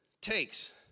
takes